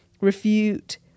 refute